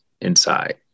inside